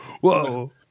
whoa